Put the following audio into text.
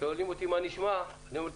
כששואלים אותי מה נשמע אני אומר,